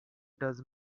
does